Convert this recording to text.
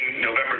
November